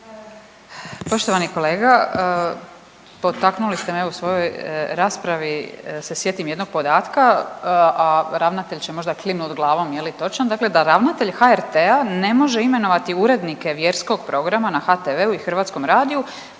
Poštovani kolega, potaknuli ste me u svojoj raspravi da se sjetim jednog podatka, a ravnatelj će možda klimnut glavom je li točan, dakle da ravnatelj HRT-a ne može imenovati urednike Vjerskog programa na HTV-u i Hrvatskom radiju